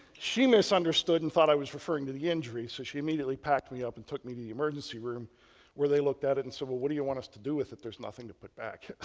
she misunderstood and thought i was referring to the injury so she immediately packed me up and took me to the emergency room where they looked at it and said, well, what do you want us to do with it. there's nothing to put back.